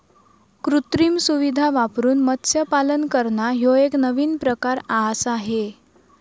कृत्रिम सुविधां वापरून मत्स्यपालन करना ह्यो एक नवीन प्रकार आआसा हे